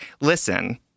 listen